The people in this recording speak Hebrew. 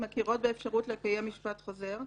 מכירות באפשרות לקיים משפט חוזר,